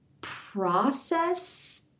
process